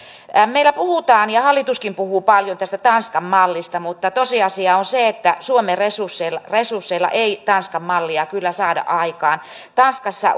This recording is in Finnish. meillä puhutaan ja hallituskin puhuu paljon tästä tanskan mallista mutta tosiasia on se että suomen resursseilla resursseilla ei tanskan mallia kyllä saada aikaan tanskassa